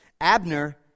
Abner